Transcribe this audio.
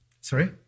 Sorry